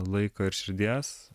laiko ir širdies